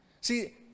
see